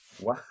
Wow